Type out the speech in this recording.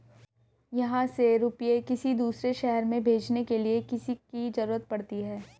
यहाँ से रुपये किसी दूसरे शहर में भेजने के लिए किसकी जरूरत पड़ती है?